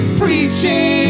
preaching